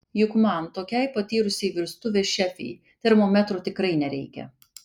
juk man tokiai patyrusiai virtuvės šefei termometro tikrai nereikia